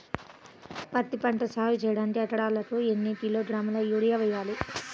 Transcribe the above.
పత్తిపంట సాగు చేయడానికి ఎకరాలకు ఎన్ని కిలోగ్రాముల యూరియా వేయాలి?